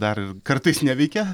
dar ir kartais neveikia